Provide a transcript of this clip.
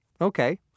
Okay